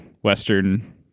western